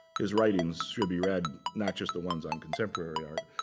his writings should be read, not just the ones on contemporary art.